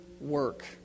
work